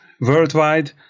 worldwide